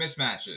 mismatches